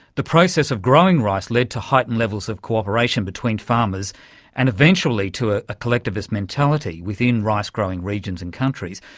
the process of growing rice led to heightened levels of cooperation between farmers and eventually to a collectivist mentality within rice growing regions and countries,